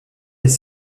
des